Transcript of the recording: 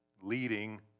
leading